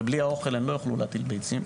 ובלי האוכל הן לא יוכלו להטיל ביצים,